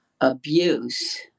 abuse